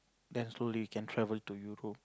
then slowly you can travel to Europe